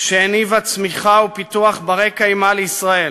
שהניבה צמיחה ופיתוח בני-קיימא לישראל.